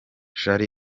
jean